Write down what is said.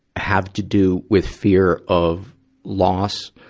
have to do with fear of lost,